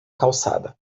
calçada